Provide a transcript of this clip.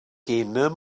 gaynor